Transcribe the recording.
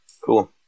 Cool